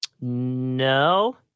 No